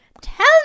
tell